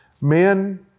Men